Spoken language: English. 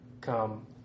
come